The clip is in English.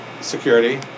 Security